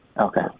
Okay